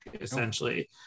essentially